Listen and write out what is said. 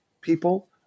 people